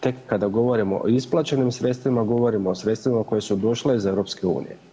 Tek kad govorimo o isplaćenim sredstvima govorimo o sredstvima koja su došla iz EU.